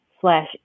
slash